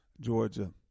Georgia